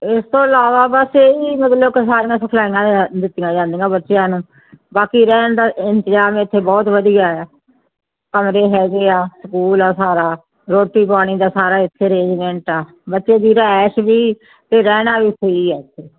ਇਸ ਤੋਂ ਇਲਾਵਾ ਬਸ ਇਹ ਹੀ ਮਤਲਬ ਸਾਰੀਆਂ ਸਿਖਲਾਈਆਂ ਦਿੱਤੀਆਂ ਜਾਂਦੀਆਂ ਬੱਚਿਆਂ ਨੂੰ ਬਾਕੀ ਰਹਿਣ ਦਾ ਇੰਤਜ਼ਾਮ ਇੱਥੇ ਬਹੁਤ ਵਧੀਆ ਆ ਕਮਰੇ ਹੈਗੇ ਆ ਸਕੂਲ ਆ ਸਾਰਾ ਰੋਟੀ ਪਾਣੀ ਦਾ ਸਾਰਾ ਇੱਥੇ ਰੇਜਮੈਂਟ ਆ ਬੱਚੇ ਦੀ ਰਿਹਾਇਸ਼ ਵੀ ਅਤੇ ਰਹਿਣਾ ਵੀ ਫ੍ਰੀ ਆ ਇੱਥੇ